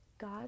God